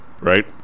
Right